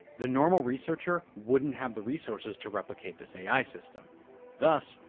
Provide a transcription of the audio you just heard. the normal researcher wouldn't have the resources to replicate this ai system thus,